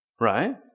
right